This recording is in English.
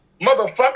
Motherfucker